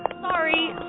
Sorry